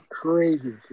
Crazy